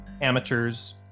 amateurs